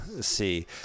see